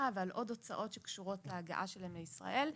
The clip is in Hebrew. ועל עוד הוצאות שקשורות להגעה שלהם לישראל.